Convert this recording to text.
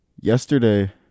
yesterday